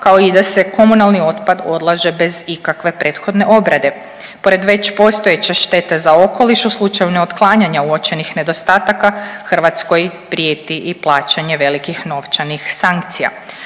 kao i da se komunalni otpad odlaže bez ikakve prethodne obrade. Pored već postojeće štete za okoliš u slučaju neotklanjanja uočenih nedostataka Hrvatskoj prijeti i plaćanje velikih novčanih sankcija.